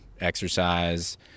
exercise